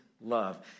love